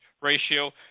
ratio